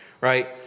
right